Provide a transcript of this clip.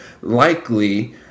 likely